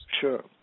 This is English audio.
Sure